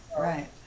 right